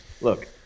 Look